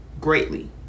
greatly